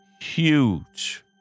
huge